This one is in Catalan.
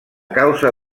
causa